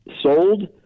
sold